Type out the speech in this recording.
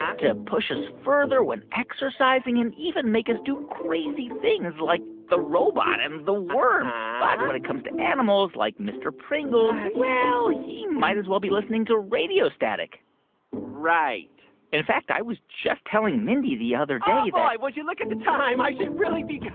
to push us further when exercising and even make us do crazy things like the robot and the worm uh-huh but when it comes to animals, like mr. pringles, well, he might as well be listening to radio static right in fact, i was just telling mindy the other day that. oh, boy. would you look at the time. i should really be